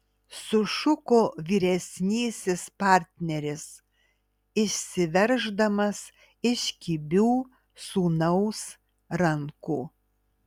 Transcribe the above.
sušuko vyresnysis partneris išsiverždamas iš kibių sūnaus rankų